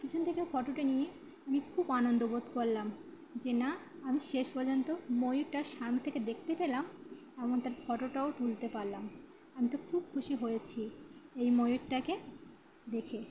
পিছন থেকে ফোটোটা নিয়ে আমি খুব আনন্দ বোধ করলাম যে না আমি শেষ পর্যন্ত ময়ূরটা সামনে থেকে দেখতে পেলাম এবং তার ফোটোটাও তুলতে পারলাম আমি তো খুব খুশি হয়েছি এই ময়ূরটাকে দেখে